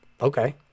Okay